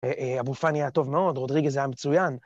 ‫אבו פאני היה טוב מאוד, ‫רודריגז זה היה מצוין.